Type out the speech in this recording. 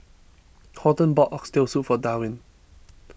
Horton bought Oxtail Soup for Darwyn